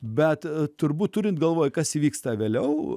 bet turbūt turint galvoje kas įvyksta vėliau